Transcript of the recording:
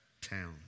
town